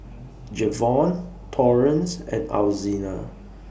Jevon Torrence and Alzina